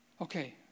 Okay